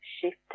shift